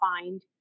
find